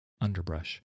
underbrush